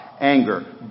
anger